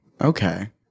Okay